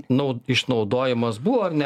nau išnaudojimas buvo ar ne